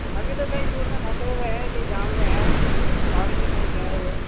ابھی تو کہیں دور میں پھنسے ہوئے ہیں کہیں جام میں ہیں اور بھی کہیں گئے ہوئے